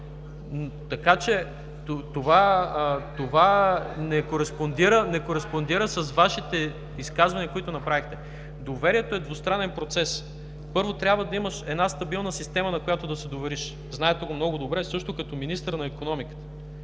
Това не кореспондира с изказванията, които направихте. Доверието е двустранен процес. Първо трябва да имаш една стабилна система, на която да се довериш. Знаете го много добре, още като министър на икономиката.